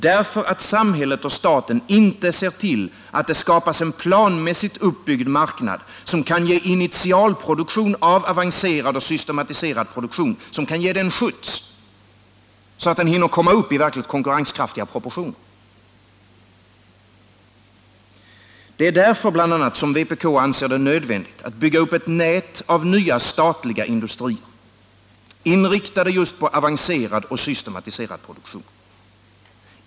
Därför att samhället och staten inte ser till att det skapas en planmässigt uppbyggd marknad, som kan ge initialproduktion av avancerad och systematiserad produktion en skjuts, så att den hinner komma upp i verkligt konkurrenskraftiga proportioner. Det är bl.a. därför vpk anser det nödvändigt att bygga upp ett nät av nya statliga industrier, inriktade just på avancerad och systematiserad produktion.